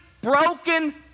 broken